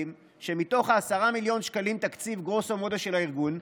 שמתוך 10 מיליון שקלים גרוסו מודו של הארגון,